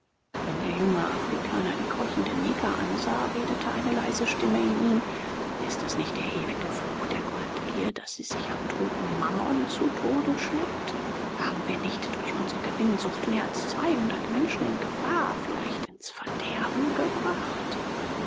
wenn der junge afrikaner die keuchenden neger ansah redete eine leise stimme in ihm ist es nicht der ewige fluch der goldgier daß sie sich am toten mammon zu tode schleppt haben wir nicht durch unsre gewinnsucht mehr als zweihundert menschen in gefahr vielleicht ins verderben gebracht